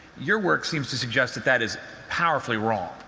your work seems to suggest that that is powerfully wrong.